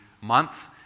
month